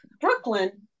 Brooklyn